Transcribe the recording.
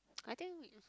I think